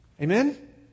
Amen